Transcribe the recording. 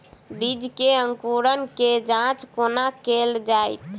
बीज केँ अंकुरण केँ जाँच कोना केल जाइ?